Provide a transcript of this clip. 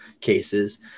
cases